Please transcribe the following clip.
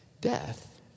death